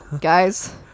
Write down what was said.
guys